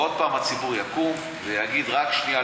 ועוד פעם הציבור יקום ויגיד: רק שנייה,